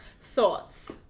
Thoughts